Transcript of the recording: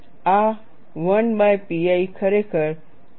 આ 1pi ખરેખર 0